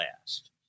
last